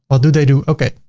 what do they do, okay,